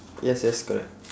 yes yes correct